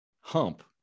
hump